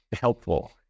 helpful